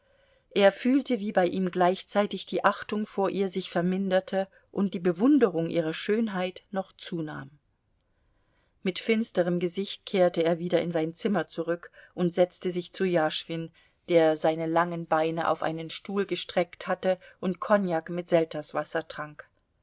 er fühlte wie bei ihm gleichzeitig die achtung vor ihr sich verminderte und die bewunderung ihrer schönheit noch zunahm mit finsterem gesicht kehrte er wieder in sein zimmer zurück und setzte sich zu jaschwin der seine langen beine auf einen stuhl gestreckt hatte und kognak mit selterswasser trank